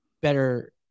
better